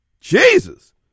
Jesus